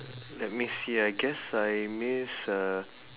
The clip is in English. let me see I guess I miss uh